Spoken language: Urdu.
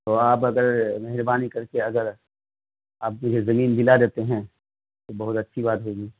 تو آپ اگر مہربانی کر کے اگر آپ مجھے زمین دلا دیتے ہیں تو بہت اچھی بات ہوگی